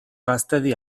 gaztedi